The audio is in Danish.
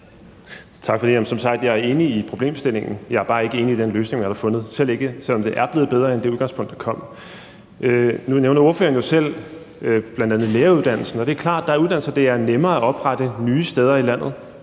Tak for det. Jeg er som sagt enig i problemstillingen. Jeg er bare ikke enig i den løsning, man har fundet, selv om det er blevet bedre end det udgangspunkt, der lå. Nu nævner ordføreren selv bl.a. læreruddannelsen, og det er klart, at der er uddannelser, det er nemmere at oprette nye steder i landet.